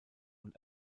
und